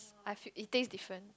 I feel it taste different